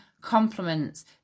compliments